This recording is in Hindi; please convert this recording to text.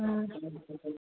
हाँ